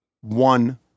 one